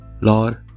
Lord